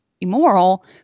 immoral